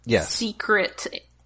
secret